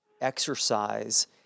exercise